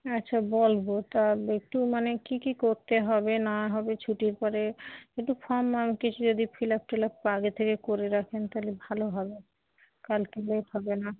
আচ্ছা বলব তা একটু মানে কী কী করতে হবে না হবে ছুটির পরে একটু ফর্ম কিছু যদি ফিল আপ টিল আপ আগে থেকে করে রাখেন তাহলে ভালো হবে কালকে লেট হবে না